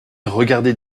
regardait